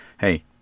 Hey